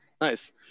nice